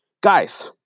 Guys